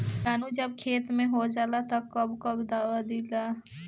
किटानु जब खेत मे होजाला तब कब कब दावा दिया?